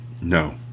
No